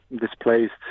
displaced